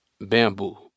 bamboo